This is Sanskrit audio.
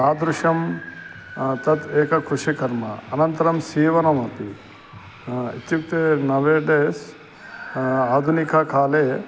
तादृशं तद् एकं कृषिकर्म अनन्तरं सीवनमपि इत्युक्ते नवेडेस् आधुनिककाले